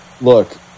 look